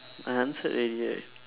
I answered already right